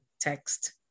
text